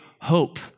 hope